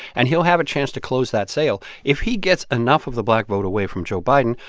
and he'll have a chance to close that sale if he gets enough of the black vote away from joe biden,